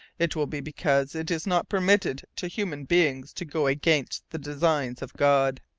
it will be because it is not permitted to human beings to go against the designs of god.